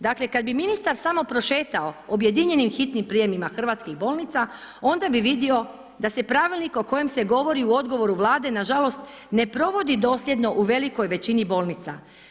Dakle, kad ministar samo prošetao objedinjenim hitnim prijemima hrvatskih bolnica, onda bi vidio da se pravilnik o kojem se govori u odgovoru Vlade, nažalost ne provodi dosljedno u velikoj većini bolnica.